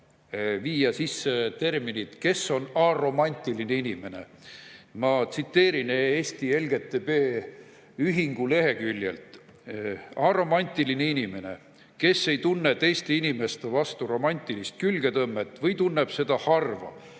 sinna sisse termini "aromantiline inimene". Ma tsiteerin Eesti LGBT ühingu leheküljelt. Aromantiline on "inimene, kes ei tunne teiste inimeste vastu romantilist külgetõmmet või tunneb seda harva,